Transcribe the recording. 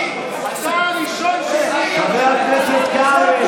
אתה הראשון שמסית, חבר הכנסת קרעי.